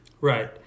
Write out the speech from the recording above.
Right